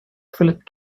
philip